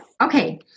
Okay